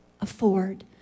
afford